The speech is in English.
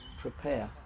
prepare